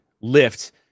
lift